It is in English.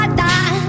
die